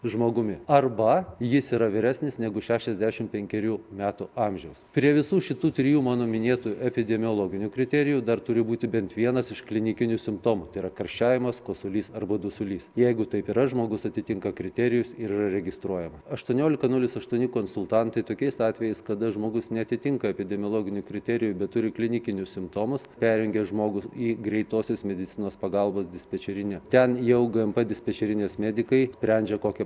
žmogumi arba jis yra vyresnis negu šešiasdešimt penkerių metų amžiaus prie visų šitų trijų mano minėtų epidemiologinių kriterijų dar turi būti bent vienas iš klinikinių simptomų tai yra karščiavimas kosulys arba dusulys jeigu taip yra žmogus atitinka kriterijus ir yra registruojama aštuoniolika nulis aštuoni konsultantai tokiais atvejais kada žmogus neatitinka epidemiologinių kriterijų bet turi klinikinius simptomus perrengia žmogų į greitosios medicinos pagalbos dispečerinę ten jau gmp dispečerinės medikai sprendžia kokią